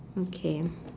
okay